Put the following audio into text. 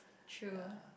true